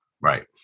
Right